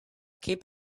keep